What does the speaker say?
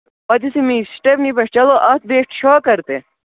پَتہٕ یِتھُے مےٚ یہِ سِٹیٚفنی پٮ۪ٹھ چلو اَتھ بیٖٚٹھ شاکَر تہِ